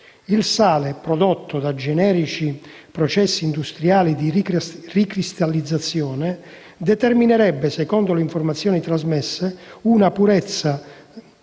Il sale prodotto da generici processi industriali di ricristallizzazione determinerebbe, secondo le informazioni trasmesse, una purezza